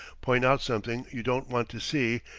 point out something you don't want to see,